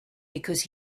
because